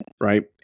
right